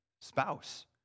spouse